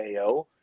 AO